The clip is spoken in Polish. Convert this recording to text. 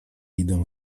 idę